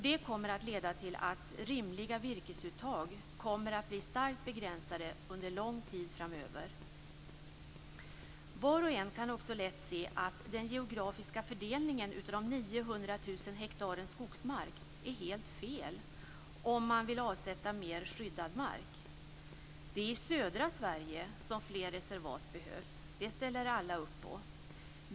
Det kommer att leda till att rimliga virkesuttag blir starkt begränsade under lång tid framöver. Var och en kan också lätt se att den geografiska fördelningen av de 900 000 hektaren skogsmark är helt fel om man vill avsätta mer skyddad mark. Det är i södra Sverige som fler reservat behövs. Det ställer alla upp på.